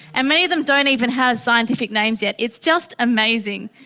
and many of them don't even have scientific names yet. it's just amazing.